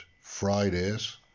Fridays